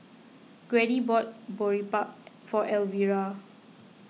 Grady bought Boribap for Elvira